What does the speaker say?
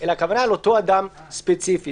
הכוונה לאותו אדם ספציפי.